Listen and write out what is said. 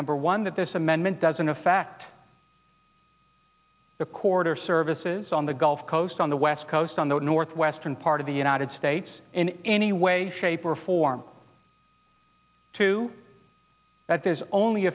number one that this amendment doesn't affect the quarter services on the gulf coast on the west coast on the northwestern part of the united states in any way shape or form to that there's only